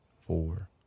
four